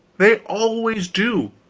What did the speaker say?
they always do.